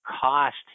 cost